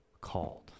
called